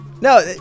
No